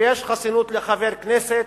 שיש חסינות לחבר כנסת.